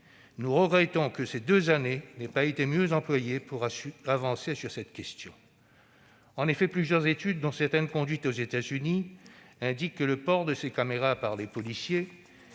Nous regrettons que ces deux années n'aient pas été mieux employées pour avancer sur cette question. En effet, plusieurs études, dont certaines ont été conduites aux États-Unis, indiquent que le port de ces caméras par les policiers